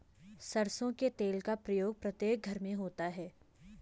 सरसों के तेल का प्रयोग प्रत्येक घर में होता है